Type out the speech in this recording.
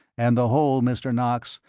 and the whole, mr. knox,